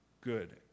good